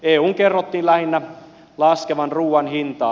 eun kerrottiin lähinnä laskevan ruoan hintaa